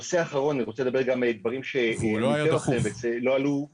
והנושא האחרון, שלא עלה בוועדה,